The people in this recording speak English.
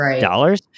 dollars